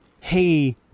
hey